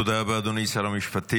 תודה רבה, אדוני שר המשפטים.